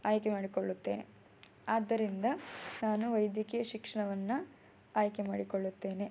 ಆಯ್ಕೆ ಮಾಡಿಕೊಳ್ಳುತ್ತೇನೆ ಆದ್ದರಿಂದ ನಾನು ವೈದ್ಯಕೀಯ ಶಿಕ್ಷಣವನ್ನು ಆಯ್ಕೆ ಮಾಡಿಕೊಳ್ಳುತ್ತೇನೆ